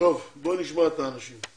צריך לשמוע את רשות החברות.